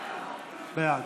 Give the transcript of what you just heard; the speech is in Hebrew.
בעד.